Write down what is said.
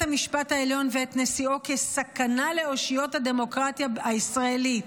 המשפט העליון ואת נשיאו כ'סכנה לאושיות הדמוקרטיה הישראלית',